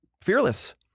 fearless